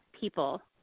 people